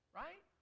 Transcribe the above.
right